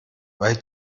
weil